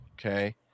okay